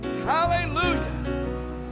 hallelujah